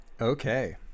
Okay